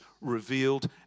revealed